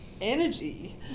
energy